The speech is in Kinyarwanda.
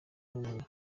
n’umwe